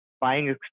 buying